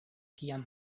kiam